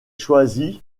choisi